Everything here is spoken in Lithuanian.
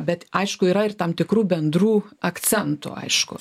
bet aišku yra ir tam tikrų bendrų akcentų aišku